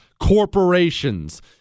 corporations